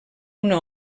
una